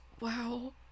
wow